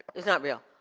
it's not real.